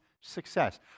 success